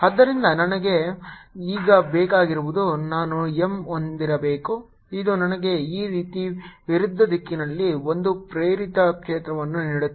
ಆದ್ದರಿಂದ ನಮಗೆ ಈಗ ಬೇಕಾಗಿರುವುದು ನಾನು M ಹೊಂದಿರಬೇಕು ಇದು ನನಗೆ ಈ ರೀತಿಯ ವಿರುದ್ಧ ದಿಕ್ಕಿನಲ್ಲಿ ಒಂದು ಪ್ರೇರಿತ ಕ್ಷೇತ್ರವನ್ನು ನೀಡುತ್ತದೆ